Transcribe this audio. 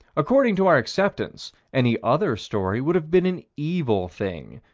according to our acceptance, any other story would have been an evil thing,